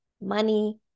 money